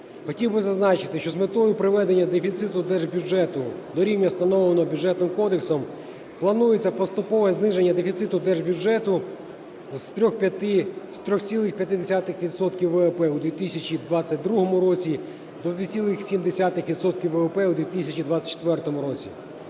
Хотів би зазначити, що з метою приведення дефіциту держбюджету до рівня, встановленого Бюджетним кодексом, планується поступове зниження дефіциту держбюджету з 3,5 відсотка ВВП у 2022 році до 2,7 відсотка ВВП у 2024 році.